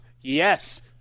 Yes